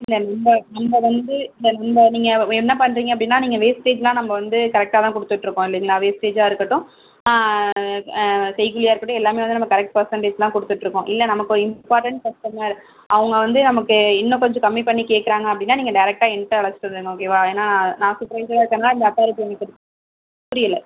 இல்லை இந்த நம்ம வந்து இல்லை நம்ம நீங்கள் என்ன பண்ணுறீங்க அப்படின்னா நீங்கள் வேஸ்டேஜ்லாம் நம்ம வந்து கரெக்ட்டாக தான் கொடுத்துட்டுருக்கோம் இல்லங்களா வேஸ்டேஜ்ஜாக இருக்கட்டும் செய்கூலியாக இருக்கட்டும் எல்லாமே வந்து நம்ம கரெக்ட் பெர்ஸன்டேஜ் தான் கொடுத்துட்டுருக்கோம் இல்ல நமக்கு இம்பார்ட்டண்ட் கஸ்டமர் அவங்க வந்து நமக்கு இன்னும் கொஞ்சம் கம்மி பண்ணி கேட்குறாங்க அப்படின்னா நீங்கள் டேரெக்ட்டாக ஏன்கிட்ட அழச்சிட்டு வந்துரணும் ஓகேவா ஏன்னா நான் சூப்பர்வைசராக இருக்கேன்னா அந்த அதாரிட்டி உங்களுக்கு புரியலை